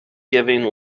giving